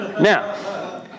Now